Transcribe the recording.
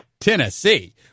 Tennessee